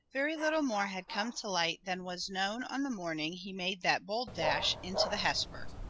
very little more had come to light than was known on the morning he made that bold dash into the hesper.